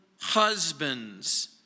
husbands